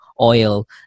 oil